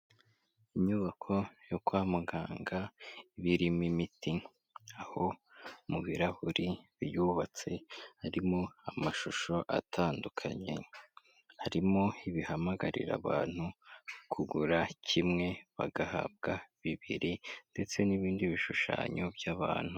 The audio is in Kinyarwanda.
Inyubako yo kwa muganga iba irimo imiti, aho mu birahuri biyubatse harimo amashusho atandukanye, harimo ibihamagarira abantu kugura kimwe bagahabwa bibiri, ndetse n'ibindi bishushanyo by'abantu.